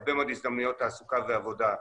והרבה מאוד הזדמנויות תעסוקה ועבודה.